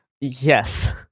Yes